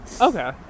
Okay